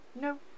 no